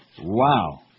wow